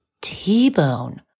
T-Bone